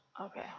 okay